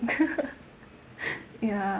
ya